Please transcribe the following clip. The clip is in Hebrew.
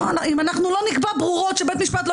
אם אנחנו לא נקבע ברורות שבית משפט לא